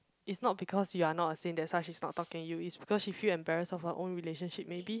it's not because you are not a Saint that's why she's not talking to you it's because she feel embarrassed of her own relationship maybe